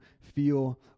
feel